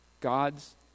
God's